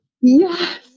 Yes